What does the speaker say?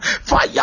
fire